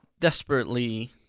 desperately